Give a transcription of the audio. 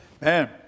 Man